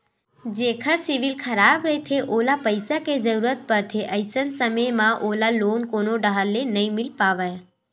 जेखर सिविल खराब रहिथे ओला पइसा के जरूरत परथे, अइसन समे म ओला लोन कोनो डाहर ले नइ मिले पावय